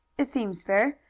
it seems fair.